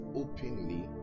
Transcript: openly